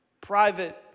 private